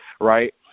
right